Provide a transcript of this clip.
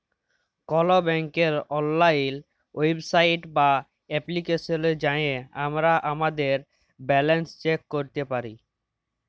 call ব্যাংকের অললাইল website বা এপ্লিকেশলে যাঁয়ে আমরা আমাদের ব্যাল্যাল্স চ্যাক ক্যইরতে পারি